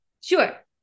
Sure